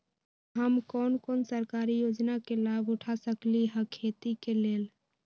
हम कोन कोन सरकारी योजना के लाभ उठा सकली ह खेती के लेल?